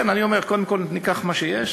לכן אני אומר, קודם כול ניקח את מה שיש,